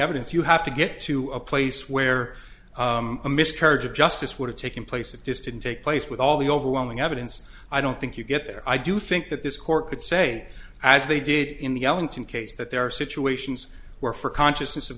evidence you have to get to a place where a miscarriage of justice would have taken place it just didn't take place with all the overwhelming evidence i don't think you get there i do think that this court could say as they did in the ellington case that there are situations where for consciousness of